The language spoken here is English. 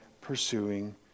pursuing